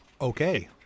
Okay